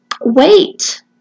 wait